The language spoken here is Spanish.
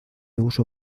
uso